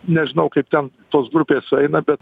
nežinau kaip ten tos grupės sueina bet